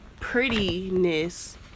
prettiness